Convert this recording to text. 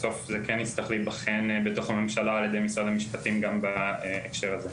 בסוף זה כן יצטרך להיבחן בתוך הממשלה על ידי משרד המשפטים גם בהקשר הזה.